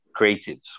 Creatives